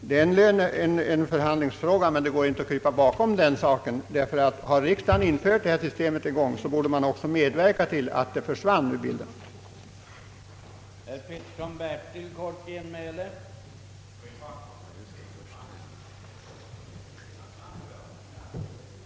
Det här är en förhandlingsfråga, men det går inte att krypa bakom den saken, ty om riksdagen en gång infört detta system borde man också medverka till att det avvecklas så snart som möjligt.